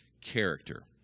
Character